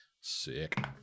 Sick